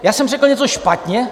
já jsem řekl něco špatně?